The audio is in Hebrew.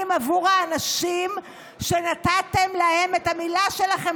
בעבור האנשים שנתתם להם את המילה שלכם,